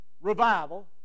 revival